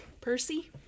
Percy